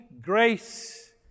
grace